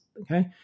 okay